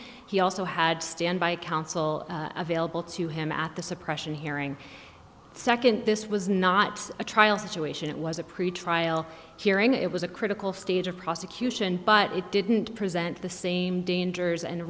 he also had standby counsel available to him at the suppression hearing second this was not a trial situation it was a pretrial hearing it was a critical stage of prosecution but it didn't present the same dangers and